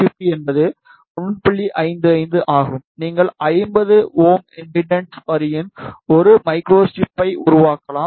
55 ஆகும் நீங்கள் 50 Ω இம்பெடன்ஸ் வரியின் 1 மைக்ரோஸ்டிரிப்பை உருவாக்கலாம்